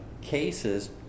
cases